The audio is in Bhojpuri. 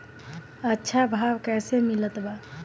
अच्छा भाव कैसे मिलत बा?